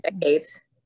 decades